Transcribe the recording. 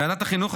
ועדת החינוך,